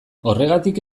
horregatik